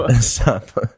Stop